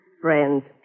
Friends